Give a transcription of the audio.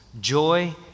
Joy